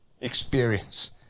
experience